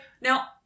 Now